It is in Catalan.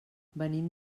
venim